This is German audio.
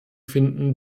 finden